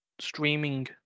streaming